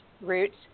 roots